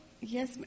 Yes